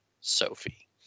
Sophie